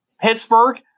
Pittsburgh